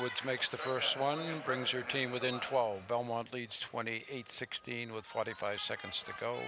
which makes the first one and brings your team within twelve belmont leads twenty eight sixteen with forty five seconds to go